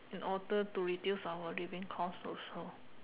in order to reduce our living cost also